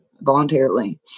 voluntarily